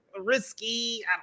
risky